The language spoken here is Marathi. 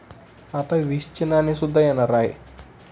आता वीसचे नाणे सुद्धा येणार आहे